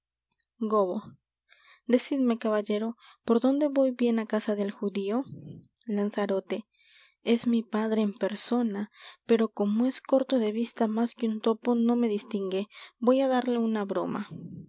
decidme caballero por dónde voy bien á casa del judío lanzarote es mi padre en persona pero como es corto de vista más que un topo no me distingue voy á darle una broma